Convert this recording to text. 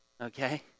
Okay